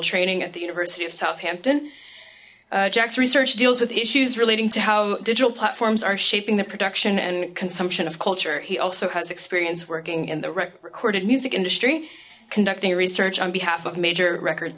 training at the university of southampton jack's research deals with issues relating to how digital platforms are shaping the production and consumption of culture he also has experience working in the recorded music industry conducting research on behalf of major record